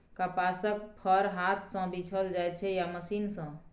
कपासक फर हाथ सँ बीछल जाइ छै या मशीन सँ